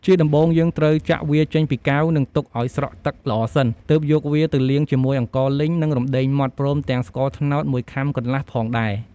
ជាដំបូង យើងត្រូវចាក់វាចេញពីកែវ និង ទុកឱស្រក់ទឹកល្អសិន ទើបយកវាទៅលាយជាមួយអង្ករលីង និង រំដេងម៉ដ្ឋ ព្រមទាំងស្ករត្នោត ១ខាំកន្លះផងដែរ។